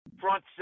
front